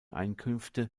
einkünfte